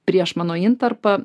prieš mano intarpą